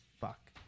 fuck